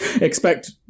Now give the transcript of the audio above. Expect